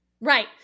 Right